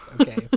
okay